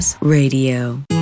Radio